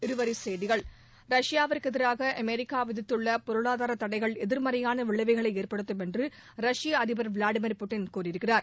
இருவரி செய்திகள் ரஷ்யாவுக்கு எதிராக அமெரிக்க விதித்துள்ள பொருளாதார தடைகள் எதிர்மறையான விளைவுகளை ஏற்படுத்தும் என்று ரஷ்ய அதிபர் விளாடிமீர் புட்டின் கூறியிருக்கிறார்